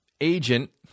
agent